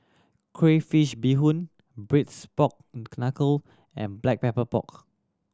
crayfish beehoon Braised Pork Knuckle and Black Pepper Pork